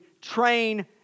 train